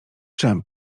dżem